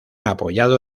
apoyado